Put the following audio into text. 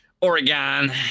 Oregon